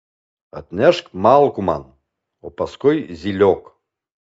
atnešk malkų man o paskui zyliok